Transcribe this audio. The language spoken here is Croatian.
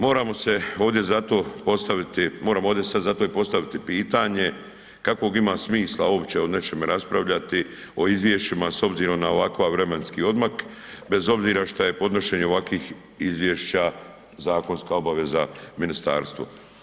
Moramo se ovdje zato postaviti, moramo ovdje sad zato i postaviti pitanje kakvog ima smisla uopće o nečemu raspravljati, o izvješćima, s obzirom na ovakav vremenski odmak, bez obzira što je podnošenje ovakvih izvješća zakonska obaveza ministarstva.